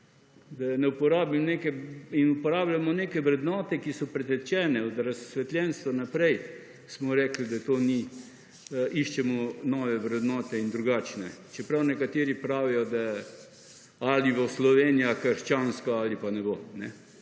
in uporabljamo neke vrednote, ki so pretečene, od razsvetljenstva naprej smo rekli, da to ni, iščemo nove vrednote in drugačne, čeprav nekateri pravijo, da ali bo Slovenija krščanska ali pa ne bo.